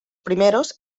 primeros